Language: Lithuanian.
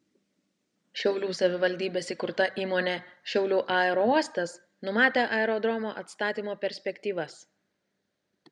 šiaulių savivaldybės įkurta įmonė šiaulių aerouostas numatė aerodromo atstatymo perspektyvas